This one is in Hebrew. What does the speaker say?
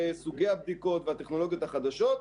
סוגי הבדיקות והטכנולוגיות החדשות.